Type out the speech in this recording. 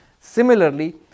Similarly